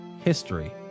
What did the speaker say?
history